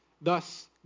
Thus